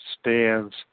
stands